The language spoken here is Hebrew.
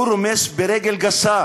הוא רומס ברגל גסה